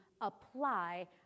apply